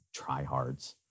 tryhards